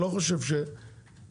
אני לא חושב שאם,